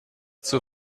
zur